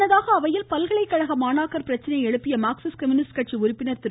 முன்னதாக அவையில் பல்கலைக்கழக மாணாக்கர் பிரச்சினையை எழுப்பிய மார்க்சிஸ்ட் கம்யூனிஸ்ட கட்சி உறுப்பினர் திரு